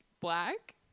black